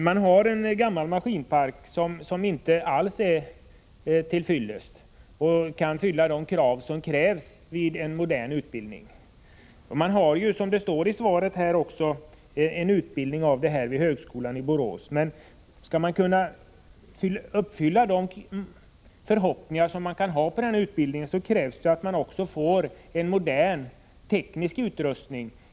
Man har en gammal maskinpark som inte alls är till fyllest och som inte svarar mot kraven i en modern utbildning. Som framgår av svaret ges teknikerutbildning med inriktning mot tekoindustrin vid högskolan i Borås. Men om de förhoppningar som kan finnas på denna utbildning skall kunna infrias krävs det att man får en modern teknisk utrustning.